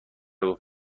گفت